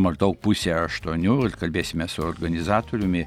maždaug pusę aštuonių ir kalbėsime su organizatoriumi